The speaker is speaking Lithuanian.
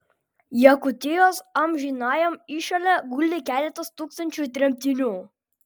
jakutijos amžinajam įšale guli keletas tūkstančių tremtinių